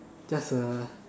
just a